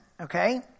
okay